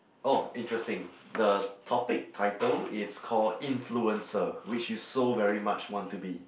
oh interesting the topic title it's called influencer which you so very much want to be